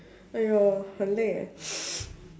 !aiyo! 很累 eh